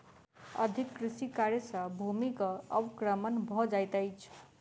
अधिक कृषि कार्य सॅ भूमिक अवक्रमण भ जाइत अछि